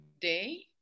day